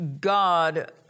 God